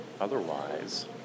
otherwise